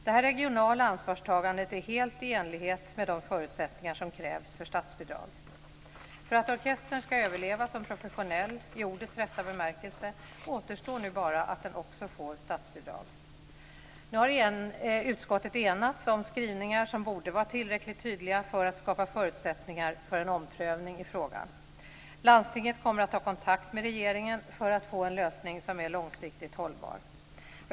Detta regionala ansvarstagande är helt i enlighet med de förutsättningar som krävs för statsbidrag. För att orkestern ska överleva som professionell i ordets rätta bemärkelse återstår nu bara att den också får statsbidrag. Nu har utskottet enats om skrivningar som borde vara tillräckligt tydliga för att skapa förutsättningar för en omprövning i frågan. Landstinget kommer att ta kontakt med regeringen för att få en lösning som är långsiktigt hållbar.